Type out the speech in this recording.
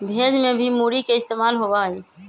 भेज में भी मूरी के इस्तेमाल होबा हई